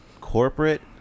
Corporate